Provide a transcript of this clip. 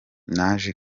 naje